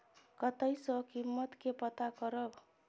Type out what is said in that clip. कतय सॅ कीमत के पता करब?